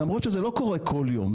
למרות שזה לא קורה כל יום,